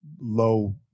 low